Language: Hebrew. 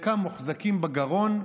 חלקם מוחזקים בגרון,